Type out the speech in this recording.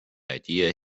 idea